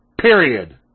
Period